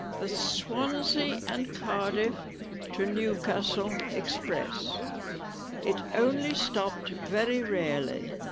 the swansea and cardiff to newcastle express it only stopped very rarely,